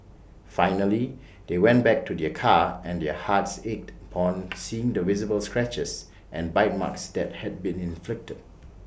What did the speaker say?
finally they went back to their car and their hearts ached upon seeing the visible scratches and bite marks that had been inflicted